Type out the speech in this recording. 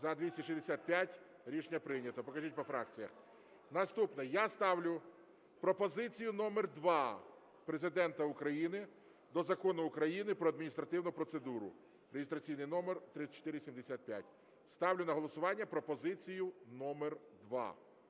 За-265 Рішення прийнято. Покажіть по фракціях. Наступне. Я ставлю пропозицію номер два Президента України до Закону України "Про адміністративну процедуру" (реєстраційний номер 3475). Ставлю на голосування пропозицію номер